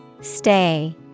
Stay